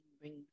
Bring